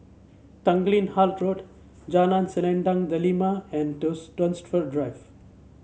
Tanglin Halt Road Jalan Selendang Delima and Dunsfold Drive